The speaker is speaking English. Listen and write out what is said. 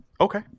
Okay